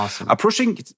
approaching